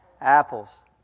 Apples